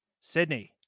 Sydney